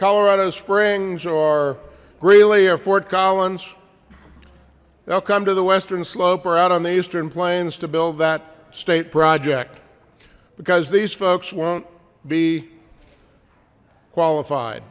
colorado springs or greeley or fort collins they'll come to the western slope or out on the eastern plains to build that state project because these folks won't be qualified